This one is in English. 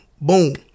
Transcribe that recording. boom